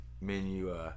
menu